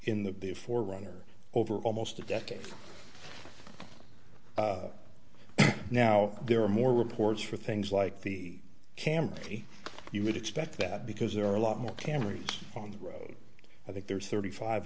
in the four runner over almost a decade now there are more reports for things like the camry you would expect that because there are a lot more cameras on the road i think there's thirty five